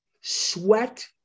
sweat